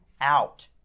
out